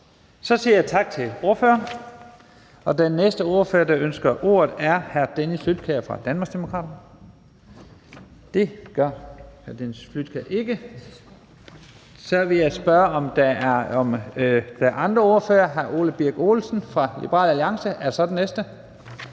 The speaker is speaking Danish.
Så siger jeg tak til ordføreren. Og den næste ordfører, der ønsker ordet, er hr. Dennis Flydtkjær fra Danmarksdemokraterne. Det ønsker hr. Dennis Flydtkjær ikke, og så vil jeg spørge, om der er andre ordførere. Hr. Ole Birk Olesen fra Liberal Alliance er så den næste.